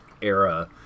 era